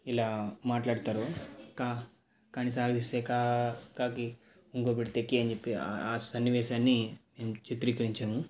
ఇలా మాట్లాడతారు క కని సాగదీస్తే కా కకి ఒంగో పెడితే కె అని చెప్పి ఆ సన్నివేశాన్ని నేను చిత్రీకరించాను